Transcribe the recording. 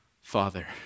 Father